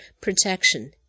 protection